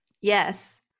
Yes